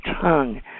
tongue